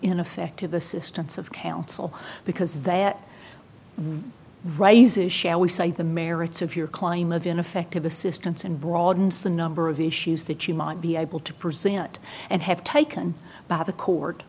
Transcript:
ineffective assistance of counsel because that right this is shall we say the merits of your claim of ineffective assistance and broadens the number of issues that you might be able to present and have taken by the court